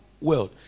world